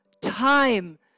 time